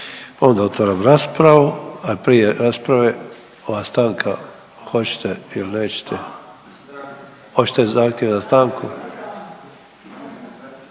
Onda otvaram raspravu, a prije rasprave ova stanka hoćete ili nećete …/Upadica iz klupe se ne